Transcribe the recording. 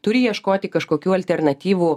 turi ieškoti kažkokių alternatyvų